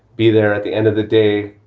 be there at the end of the day,